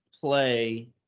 play